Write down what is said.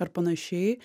ar panašiai